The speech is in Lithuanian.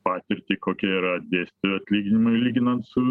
patirtį kokie yra dėstytojų atlyginimai lyginant su